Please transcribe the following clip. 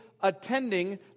attending